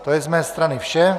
To je z mé strany vše.